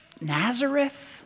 Nazareth